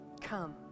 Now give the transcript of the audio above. come